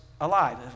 alive